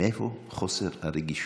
מאיפה חוסר הרגישות?